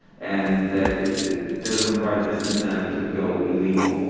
and that it doesn't provide a disincentive to but go illegal